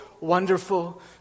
wonderful